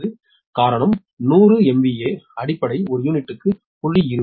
110050 காரணம் 100 MVA அடிப்படை ஒரு யூனிட்டுக்கு 0